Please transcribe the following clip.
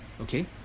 Okay